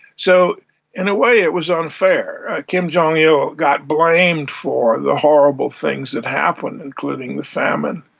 so in a way it was unfair. kim jong-il got blamed for the horrible things that happened, including the famine.